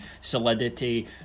solidity